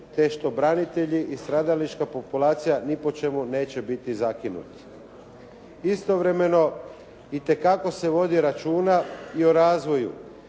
te što branitelji i stradalnička populacija ni po čemu neće biti zakinut. Istovremeno itekako se vodi računa i o razvoju